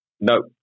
No